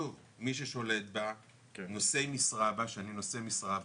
מי ששולט בה, נושאי משרה בה - שאני נושא משרה בה,